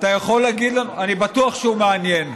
אני בטוח שהוא מעניין.